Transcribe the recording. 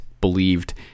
believed